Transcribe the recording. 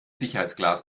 sicherheitsglas